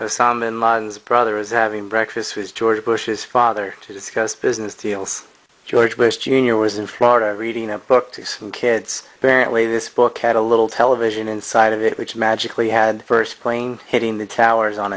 my brother is having breakfast with george bush's father to discuss business deals george bush jr was in florida reading a book to some kids parent way this book had a little television inside of it which magically had first plane hitting the towers on